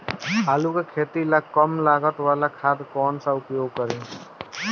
आलू के खेती ला कम लागत वाला खाद कौन सा उपयोग करी?